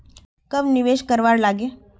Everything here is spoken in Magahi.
कब निवेश करवार लागे?